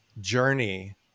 journey